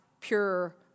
pure